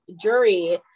Jury